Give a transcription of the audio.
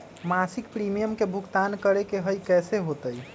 मासिक प्रीमियम के भुगतान करे के हई कैसे होतई?